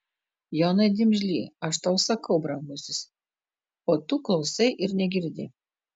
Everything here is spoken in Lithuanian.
jonai dimžly aš tau sakau brangusis o tu klausai ir negirdi